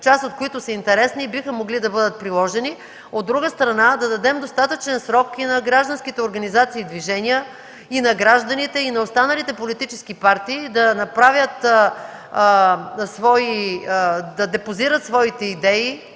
част от които са интересни и биха могли да бъдат приложени; от друга страна, да дадем достатъчен срок и на гражданските организации и движения, и на гражданите, и на останалите политически партии да депозират своите идеи,